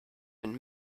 been